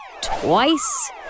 twice